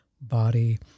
body